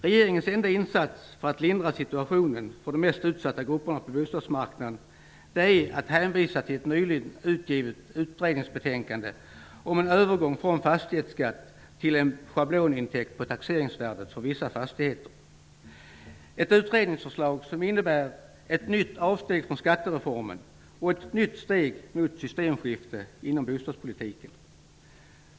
Regeringens enda insats för att lindra situationen för de mest utsatta grupperna på bostadsmarknaden är att hänvisa till ett nyligen utgivet utredningsbetänkande om en övergång från fastighetsskatt till en schablonintäkt på taxeringsvärdet för vissa fastigheter. Det är ett förslag som innebär ett nytt avsteg från skattereformen och ett nytt steg mot systemskifte inom bostadspolitiken.